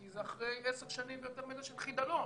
כי זה אחרי עשר שנים ויותר מזה של חדלון.